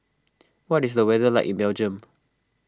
what is the weather like in Belgium